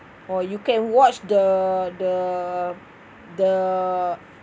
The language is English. or you can watch the the the